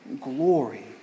glory